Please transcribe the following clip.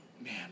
man